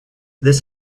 this